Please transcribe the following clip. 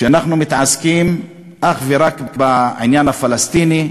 שאנחנו מתעסקים אך ורק בעניין הפלסטיני,